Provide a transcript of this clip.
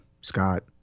Scott